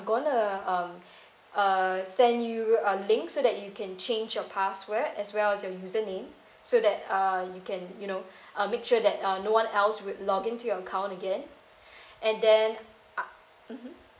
gonna to um uh send you a link so that you can change your password as well as your username so that uh you can you know uh make sure that uh no one else would login to your count again and then uh mmhmm